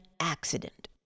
accident